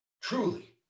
Truly